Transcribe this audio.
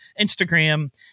Instagram